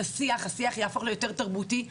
השיח יהפוך להיות תרבותי יותר,